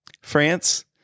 France